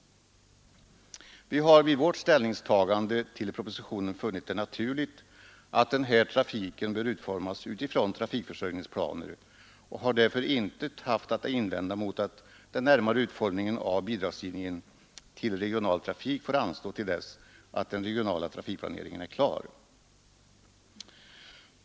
Vi har vid vårt ställningstagande till propositionen funnit det naturligt att den här trafiken utformas med utgångspunkt från trafikförsörjningsplaner och har därför intet haft att invända mot att den närmare utformningen av bidragsgivningen till regional trafik får anstå till dess att den regionala trafikplaneringen är klar.